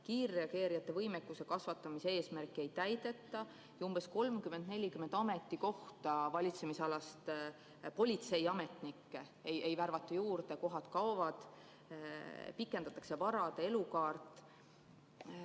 kiirreageerijate võimekuse kasvatamise eesmärki ei täideta ja 30–40 ametikohta valitsemisalast kaob, politseiametnikke ei värvata juurde, pikendatakse varade elukaart.